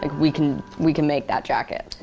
like we can we can make that jacket.